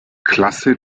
klasse